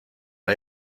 hay